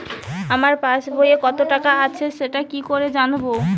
আমার পাসবইয়ে কত টাকা আছে সেটা কি করে জানবো?